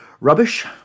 rubbish